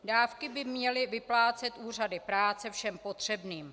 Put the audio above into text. Dávky by měly vyplácet úřady práce všem potřebným.